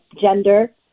gender